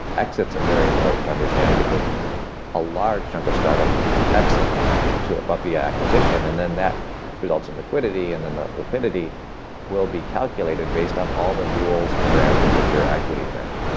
exits are very important to understand, because a large chunk of startups exit to a bumpy acquisition, and then that results in liquidity, and then that liquidity will be calculated based on all the rules and parameters of your equity ground.